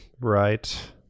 Right